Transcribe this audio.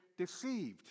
Deceived